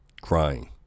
Crying